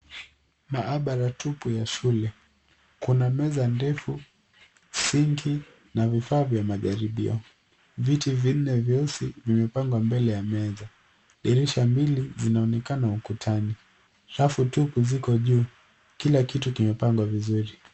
Maabara tupu ya shule. Kuna meza ndefu, sinki na vifaa vya majaribio. Viti vinne vyeusi vimepangwa mbele ya meza. Dirisha mbili zinaonekana ukutani. Rafu tupu ziko juu. Kila kitu kimepangwa vizuri.